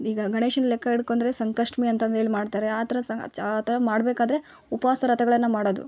ಈಗ ಗಣೇಶನ್ನ ಲೆಕ್ಕ ಇಡ್ಕೊಂಡರೆ ಸಂಕಷ್ಟಮಿ ಅಂತ ಅಂದೇಳಿ ಮಾಡ್ತಾರೆ ಆ ಥರದ ಸ ಚ ಆ ಥರ ಮಾಡ್ಬೇಕಾದರೆ ಉಪವಾಸ ವೃತಗಳನ್ನ ಮಾಡೋದು